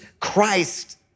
Christ